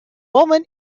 women